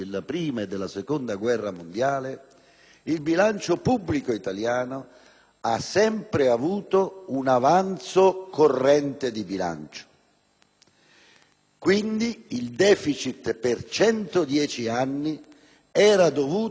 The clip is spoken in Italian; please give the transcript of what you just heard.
il bilancio pubblico italiano ha sempre avuto un avanzo corrente di bilancio. Quindi, il deficit per 110 anni è stato legato esclusivamente alla spesa